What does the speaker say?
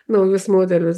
naujus modelius